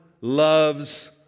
loves